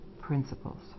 principles